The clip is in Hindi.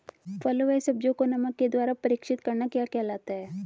फलों व सब्जियों को नमक के द्वारा परीक्षित करना क्या कहलाता है?